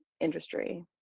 industry